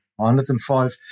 105